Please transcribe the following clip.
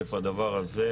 מתוקף הדבר הזה,